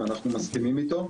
ואנחנו מסכימים איתו,